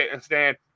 stand